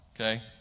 okay